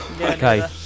Okay